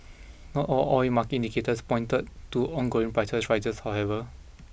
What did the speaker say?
not all oil market indicators pointed to ongoing price rises however